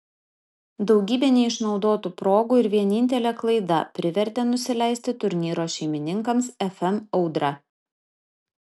daugybė neišnaudotų progų ir vienintelė klaida privertė nusileisti turnyro šeimininkams fm audra